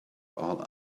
all